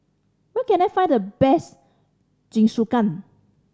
where can I find the best Jingisukan